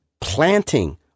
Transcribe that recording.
planting